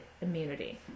immunity